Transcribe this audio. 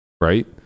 right